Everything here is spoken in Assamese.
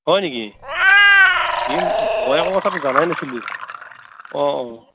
হয় নেকি এ মই আকৌ কথাটো জানাই নাছিলো অঁ অঁ